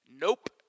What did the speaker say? Nope